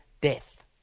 death